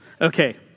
Okay